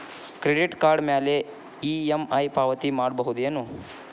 Credit card ಮ್ಯಾಲೆ EMI ಪಾವತಿ ಮಾಡ್ಬಹುದೇನು?